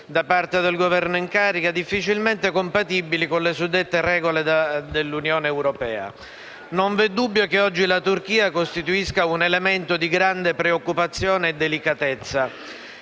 da parte del Governo in carica, difficilmente compatibili con le suddette regole dell'Unione europea. Non v'è dubbio che oggi la Turchia costituisca un elemento di grande preoccupazione e delicatezza.